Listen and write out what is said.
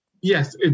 Yes